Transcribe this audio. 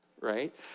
right